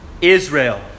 Israel